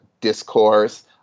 discourse